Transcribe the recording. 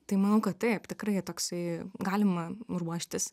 tai manau kad taip tikrai toksai galima ruoštis